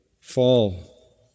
fall